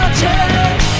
change